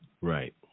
Right